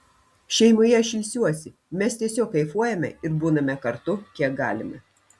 šeimoje aš ilsiuosi mes tiesiog kaifuojame ir būname kartu kiek galime